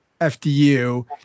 FDU